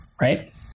right